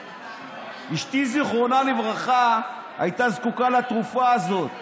אשתי, זיכרונה לברכה, הייתה זקוקה לתרופה הזאת,